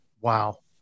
Wow